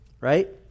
right